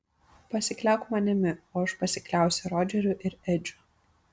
pasikliauk manimi o aš pasikliausiu rodžeriu ir edžiu